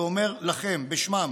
ואומר לכם בשמם,